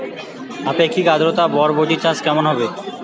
আপেক্ষিক আদ্রতা বরবটি চাষ কেমন হবে?